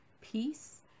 peace